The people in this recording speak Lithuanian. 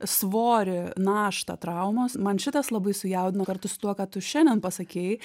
svorį naštą traumos man šitas labai sujaudino kartu su tuo ką tu šiandien pasakei